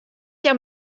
hjir